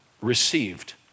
received